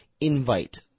invite